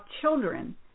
children